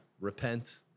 repent